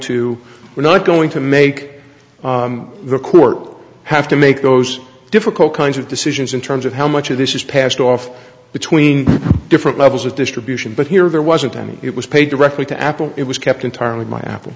to we're not going to make the court have to make those difficult kinds of decisions in terms of how much of this is passed off between different levels of distribution but here there wasn't any it was paid directly to apple it was kept entirely by